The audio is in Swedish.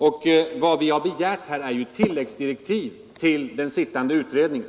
Vad vi här har begärt är bara tilläggsdirektiv till den sittande utredningen.